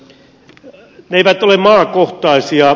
ne eivät ole maakohtaisia